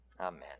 amen